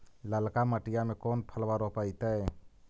ललका मटीया मे कोन फलबा रोपयतय?